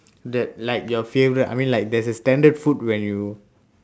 that like your favourite I mean like there's a standard food where you